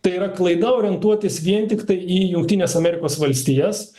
tai yra klaida orientuotis vien tiktai į jungtines amerikos valstijas